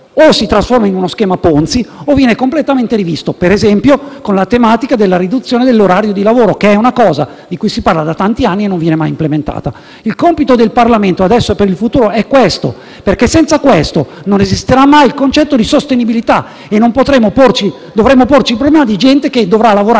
il problema di gente che dovrà lavorare